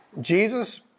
Jesus